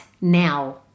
now